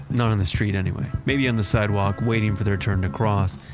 not on the street, anyway. maybe on the sidewalk waiting for their turn to cross.